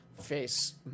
face